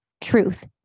Truth